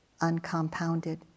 uncompounded